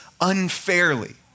unfairly